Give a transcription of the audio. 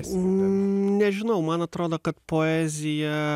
nežinau man atrodo kad poezija